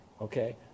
okay